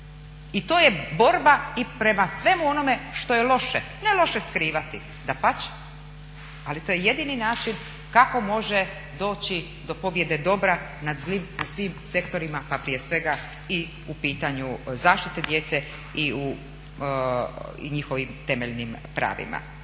I to je borba i prema svemu onome što je loše, ne loše skrivati, dapače, ali to je jedini način kako može doći do pobjede dobra nad zlim na svim sektorima pa prije svega i u pitanju zaštite djece i njihovim temeljnim pravima.